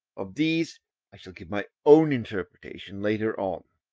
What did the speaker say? of these i shall give my own interpretation later on.